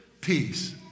peace